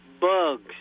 Bugs